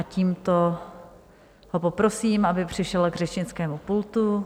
Tímto ho poprosím, aby přišel k řečnickému pultu.